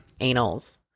anals